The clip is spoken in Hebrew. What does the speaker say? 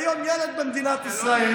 כיום ילד במדינת ישראל,